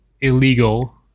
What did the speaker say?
illegal